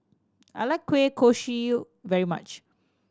I like kueh kosui very much